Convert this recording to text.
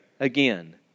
Again